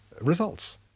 results